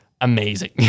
amazing